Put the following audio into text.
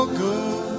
good